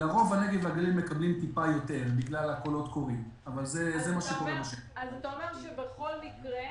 לרוב הנגב והגליל מקבלים קצת יותר בגלל --- אז אתה אומר שבכל מקרה